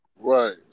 Right